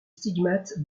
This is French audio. stigmates